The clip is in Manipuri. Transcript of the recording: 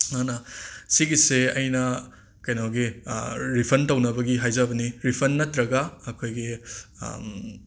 ꯑꯗꯨꯅ ꯑꯁꯤꯒꯤꯁꯦ ꯑꯩꯅ ꯀꯩꯅꯣꯒꯤ ꯔꯤꯐꯟ ꯇꯧꯅꯕꯒꯤ ꯍꯥꯏꯖꯕꯅꯤ ꯔꯤꯐꯟ ꯅꯠꯇ꯭ꯔꯒ ꯑꯩꯈꯣꯏꯒꯤ